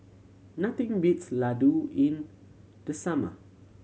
nothing beats Ladoo in the summer